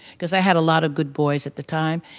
because i had a lot of good boys at the time.